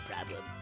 problem